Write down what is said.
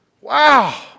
Wow